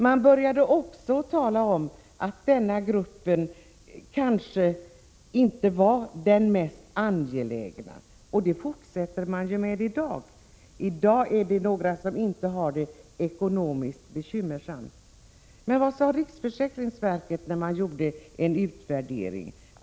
Man började också tala om att denna grupp kanske inte var den mest angelägna att tillgodose, och det fortsätter man ju med i dag. Nu heter det att det är personer som inte har det ekonomiskt bekymmersamt. Men vad sade riksförsäkringsverket efter sin utvärdering?